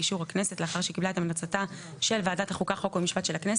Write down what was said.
באישור הכנסת לאחר שקיבלה את המלצתה של ועדת החוקה חוק ומשפט של הכנסת,